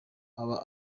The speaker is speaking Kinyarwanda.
aba